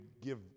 give